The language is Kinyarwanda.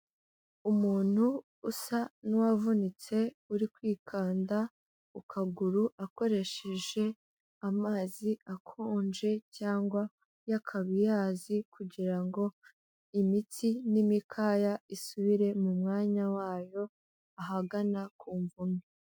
Umuntu usa nk'uwavunitse, uri kwikanda ku kaguru akoresheje amazi akonje cyangwa y'akabiyazi kugira ngo imitsi n'imikaya isubire mu mwanya wayo, ahagana ku mvune.